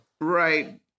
Right